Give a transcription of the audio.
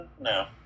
no